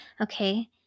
Okay